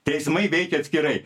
teismai veikia atskirai